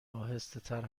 آهستهتر